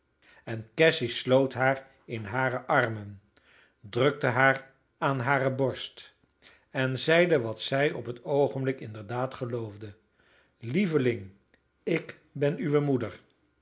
en cassy sloot haar in hare armen drukte haar aan hare borst en zeide wat zij op het oogenblik inderdaad geloofde lieveling ik ben uwe moeder